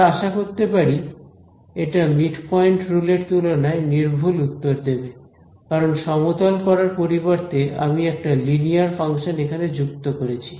আমরা আশা করতে পারি এটা মিডপয়েন্ট রুলের তুলনায় নির্ভুল উত্তর দেবে কারণ সমতল করার পরিবর্তে আমি একটা লিনিয়ার ফাংশন এখানে যুক্ত করছি